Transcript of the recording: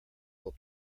will